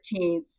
13th